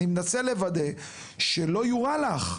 אני מנסה לוודא שלא יורע לך,